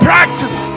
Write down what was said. Practice